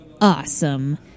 awesome